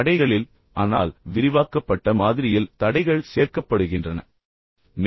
தடைகளில் ஆனால் இப்போது நீங்கள் விரிவாக்கப்பட்ட மாதிரியில் தடைகள் சேர்க்கப்படுகின்றன என்பதை புரிந்து கொள்ளுங்கள்